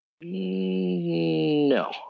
No